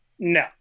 No